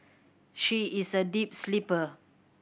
she is a deep sleeper